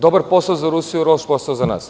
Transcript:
Dobar posao za Rusiju, loš posao za nas.